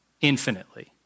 infinitely